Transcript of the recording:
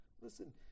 Listen